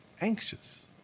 anxious